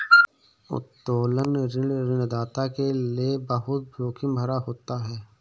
उत्तोलन ऋण ऋणदाता के लये बहुत जोखिम भरा होता है